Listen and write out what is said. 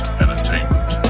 entertainment